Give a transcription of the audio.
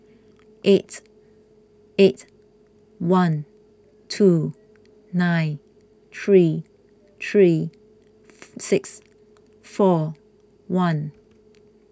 eight eight one two nine three three six four one